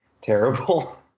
terrible